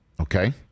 Okay